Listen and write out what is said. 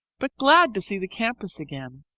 but glad to see the campus again.